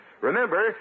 Remember